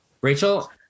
Rachel